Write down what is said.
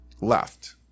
left